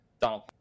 Donald